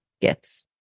gifts